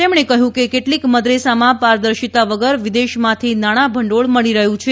તેમણે કહ્યું કે કેટલીક મદરેસામાં પારદર્શિતા વગર વિદેશમાંથી નાણાં ભંડોળ મળી રહ્યું છે